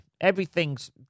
everything's